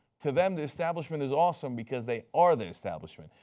to them the establishment is awesome because they are the establishment.